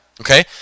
Okay